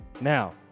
Now